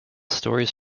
stories